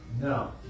No